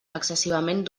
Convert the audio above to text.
excessivament